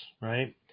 right